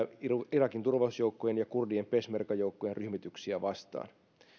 irakin turvallisuusjoukkojen ja kurdien peshmerga joukkojen ryhmityksiä vastaan